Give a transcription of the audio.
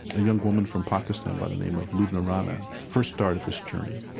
a young woman from pakistan by the name of lubna rana, first started this journey,